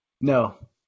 No